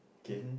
okay